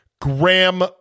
Graham